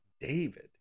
David